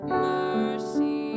mercy